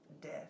death